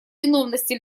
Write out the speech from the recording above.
виновности